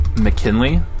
McKinley